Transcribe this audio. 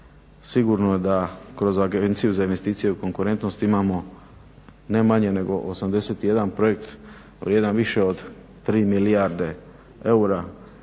sigurno da kroz Agenciju za investicije i konkurentnost imamo ne manje nego 81 projekt, jedan više od 3 milijarde eura